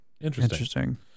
Interesting